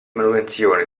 manutenzione